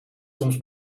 soms